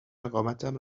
اقامتم